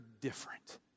different